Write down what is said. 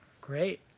Great